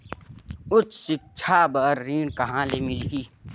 उच्च सिक्छा बर ऋण कहां ले मिलही?